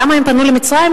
למה הם פנו למצרים?